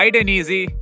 easy